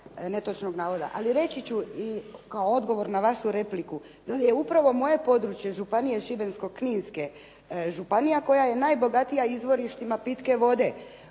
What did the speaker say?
netočnog navoda, ali reći ću kao odgovor na vašu repliku da je upravo moje područje županije Šibensko-kninske županija koja je najbogatija izvorištima pitke vode.